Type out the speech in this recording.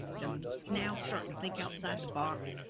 they're now starting to think outside the box.